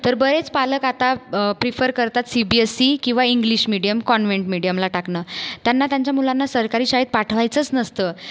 तर बरेच पालक आता प्रिफर करतात सी बी एस इ किंवा इंग्लिश मीडियम कॉन्व्हेंट मिडीयमला टाकणं त्यांना त्यांच्या मुलांना सरकारी शाळेत पाठवायचंच नसतं